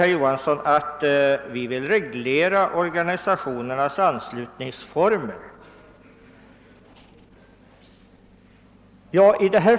Herr Johansson sade att vi motionärer vill reglera formerna för anslutning till organisationer.